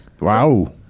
Wow